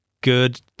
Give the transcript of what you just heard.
good